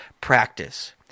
practice